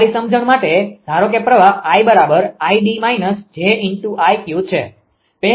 તમારી સમજણ માટે ધારો કે પ્રવાહ 𝐼𝑑−𝑗𝐼𝑞 છે